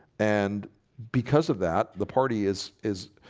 and because of that the party is is